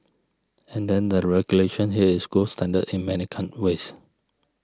and then the regulation here is gold standard in many ways